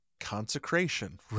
Consecration